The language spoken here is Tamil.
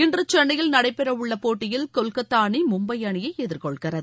இன்று சென்னையில் நடைபெற உள்ள போட்டியில் கொல்கத்தா அணி மும்பை அணியை எதிர்கொள்கிறது